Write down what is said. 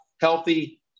healthy